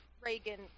Reagan